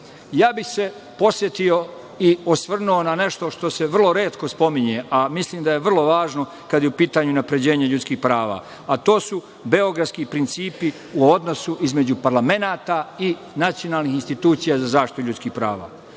Ja bih se podsetio i osvrnuo na nešto što se vrlo retko spominje, a mislim da je vrlo važno kada je u pitanju unapređenje ljudskih prava, a to su beogradski principi u odnosu između parlamenata i nacionalnih institucija za zaštitu ljudskih prava.